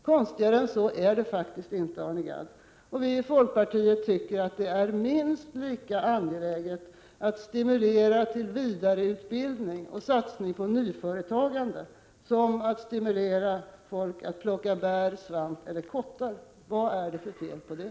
Konstigare än så är det faktiskt inte, Arne Gadd, och vi i folkpartiet tycker att det är minst lika angeläget att stimulera till vidareutbildning och satsning på nyföretagande som att stimulera folk att plocka bär, svamp eller kottar. Vad är det för fel på det?